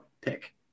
pick